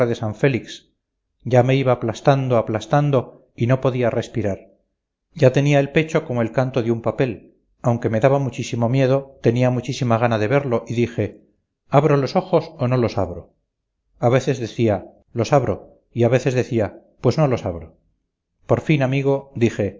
san félix ya me iba aplastando aplastando y no podía respirar ya tenía el pecho como el canto de un papel aunque me daba muchísimo miedo tenía muchísima gana de verlo y dije abro los ojos o no los abro a veces decía los abro y a veces decía pues no los abro por fin amigo dije